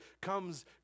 comes